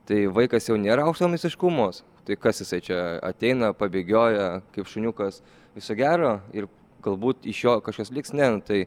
tai vaikas jau nėra aukšto meistriškumo tai kas jisai čia ateina pabėgioja kaip šuniukas viso gero ir galbūt iš jo kažkas liks ne nu tai